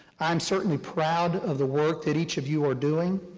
i'm certainly proud of the work that each of you are doing.